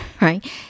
right